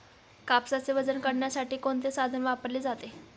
कापसाचे वजन करण्यासाठी कोणते साधन वापरले जाते?